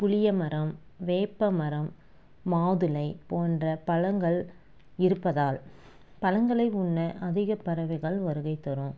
புளியமரம் வேப்பமரம் மாதுளை போன்ற பழங்கள் இருப்பதால் பழங்களை உண்ண அதிக பறவைகள் வருகை தரும்